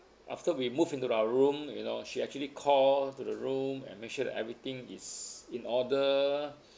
after we moved into our room you know she actually call to the room and make sure that everything is in order